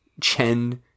Chen